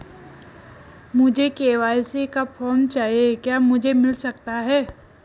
मुझे के.वाई.सी का फॉर्म चाहिए क्या मुझे मिल सकता है?